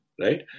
right